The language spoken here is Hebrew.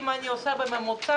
אם אני עושה ממוצע,